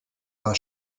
war